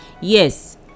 yes